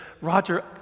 Roger